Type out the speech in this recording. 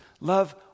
Love